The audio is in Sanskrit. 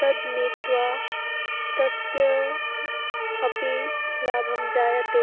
तद् नीत्वा तस्य अपि लाभं जायते